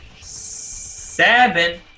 seven